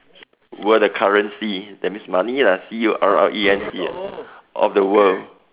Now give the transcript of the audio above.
were the currency that means money lah C U R R E N C Y of the world